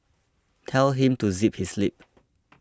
tell him to zip his lip